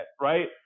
right